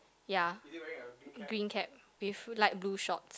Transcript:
ya green cap with light blue shorts